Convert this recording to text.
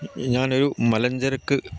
ഞാനൊരു മലഞ്ചരക്ക്